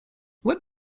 what